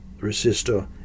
resistor